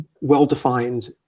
well-defined